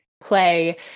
play